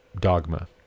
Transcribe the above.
dogma